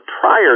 prior